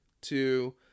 two